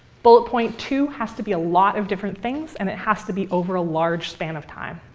bullet point two has to be a lot of different things and it has to be over a large span of time.